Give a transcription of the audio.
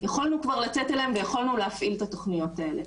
שיכולנו כבר לצאת אליהם ויכולנו להפעיל את התוכניות האלה.